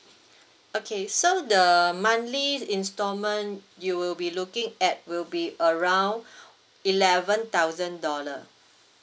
okay so the monthly installment you will be looking at will be around eleven thousand dollar